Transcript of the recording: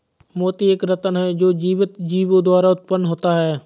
मोती एक रत्न है जो जीवित जीवों द्वारा उत्पन्न होता है